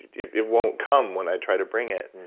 it it won't come when i try to bring it.